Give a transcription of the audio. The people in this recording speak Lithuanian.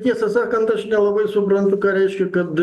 tiesą sakant aš nelabai suprantu ką reiškia kad